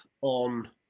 on